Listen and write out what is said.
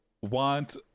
want